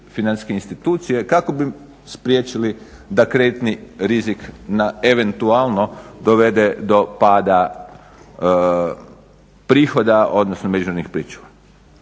kako bi spriječili da kreditni rizik na eventualno dovede do pada prihoda odnosno međunarodnih pričuva.